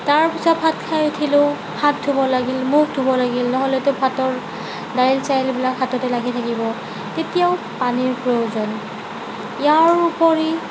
তাৰপিছত ভাত খাই উঠিলোঁ হাত ধুব লাগিল মুখ ধুব লাগিল নহ'লেতো ভাতৰ দাইল চাইলবিলাক হাততে লাগি থাকিব তেতিয়াও পানীৰ প্ৰয়োজন ইয়াৰ উপৰি